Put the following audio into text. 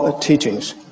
teachings